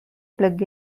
plug